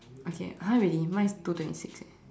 okay !huh! really mine is two twenty six eh